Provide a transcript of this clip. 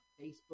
Facebook